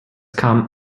kam